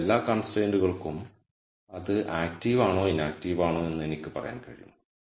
അതിനാൽ എല്ലാ കൺസ്ട്രൈന്റുകൾക്കും അത് ആക്റ്റീവ് ആണോ ഇനാക്റ്റീവ് ആണോ എന്ന് എനിക്ക് പറയാൻ കഴിയും